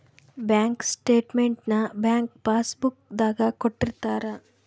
bank statement ನ bank passbook ದಾಗ ಕೊಟ್ಟಿರ್ತಾರ